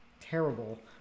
terrible